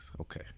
Okay